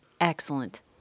Excellent